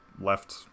left